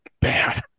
bad